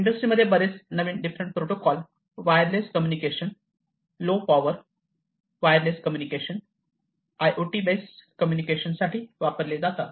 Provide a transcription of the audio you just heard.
इंडस्ट्रीमध्ये बरेच नवीन different protocol wireless communication low power wireless communication I O T base communication साठी वापरले जातात